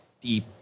deep